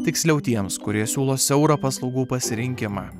tiksliau tiems kurie siūlo siaurą paslaugų pasirinkimą